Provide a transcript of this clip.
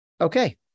Okay